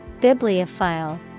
Bibliophile